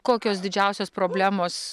kokios didžiausios problemos